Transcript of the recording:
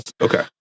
Okay